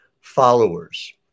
followers